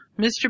Mr